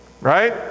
Right